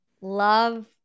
love